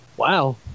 Wow